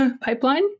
pipeline